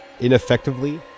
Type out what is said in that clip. ineffectively